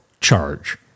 charge